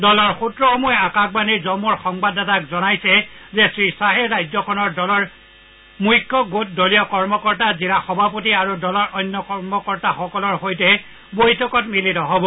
দলৰ সূত্ৰসমূহে আকাশবাণীৰ জম্মুৰ সংবাদাতাক জনাইছে যে শ্ৰীশ্বাহে ৰাজ্যখনৰ দলৰ মুখ্যগোট দলীয় কৰ্মকৰ্তা জিলা সভাপতি আৰু দলৰ অন্যান্য কৰ্মকৰ্তাসকলৰ সৈতে বৈঠকত মিলিত হব